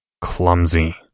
Clumsy